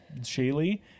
Shaylee